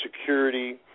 security